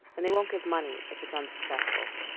and they won't give money if it's unsuccessful,